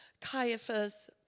Caiaphas